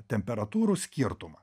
temperatūrų skirtumą